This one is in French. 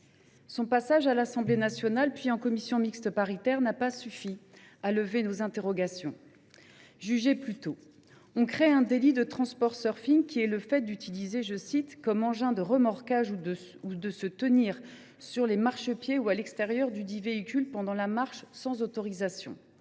Son passage à l’Assemblée nationale, puis en commission mixte paritaire, n’a pas suffi à lever nos interrogations. Jugez plutôt. On crée un délit de, qui est le fait d’« utiliser comme engin de remorquage ou de se tenir sur les marchepieds ou à l’extérieur dudit véhicule pendant la marche sans autorisation ».